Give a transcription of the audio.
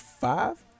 five